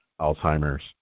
Alzheimer's